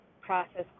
process